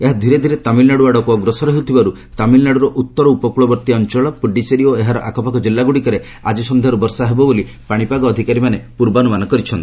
ଏହା ଧୀରେ ଧୀରେ ତାମିଲନାଡୁ ଆଡକୁ ଅଗ୍ରସର ହେଉଥିବାରୁ ତାମିଲନାଡୁର ଉତ୍ତର ଉପକୂଳବର୍ତ୍ତୀ ଅଞ୍ଚଳ ପୁଡିଚେରୀ ଓ ଏହାର ଆଖପାଖ ଜିଲ୍ଲା ଗୁଡ଼ିକରେ ଆକି ସଂଧ୍ୟାରୁ ବର୍ଷା ହେବ ବୋଲି ପାଶିପାଗ ଅଧିକାରୀ ମାନେ ପୂର୍ବାନୁମାନ କରିଛନ୍ତି